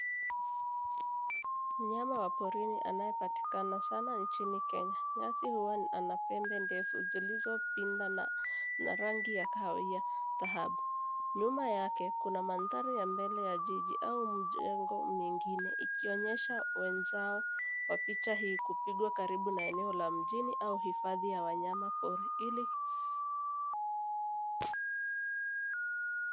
Mnyama wa porini anayepatikana sana nchini Kenya, nyati huwa ana pembe ndefu zilizopindana na rangi ya kahawia dhahabu. Nyuma yake, kuna mandhari ya mbele ya jiji au mjengo mingine, ikionyesha wenzao wa picha hii kupigwa karibu na eneo la mjini au hifadhi ya wanyama pori ili.